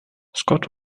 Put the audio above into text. scott